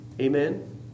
Amen